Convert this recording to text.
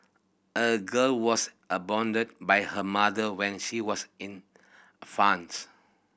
a girl was abandoned by her mother when she was in